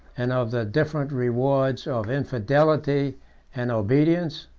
and of the different rewards of infidelity and obedience?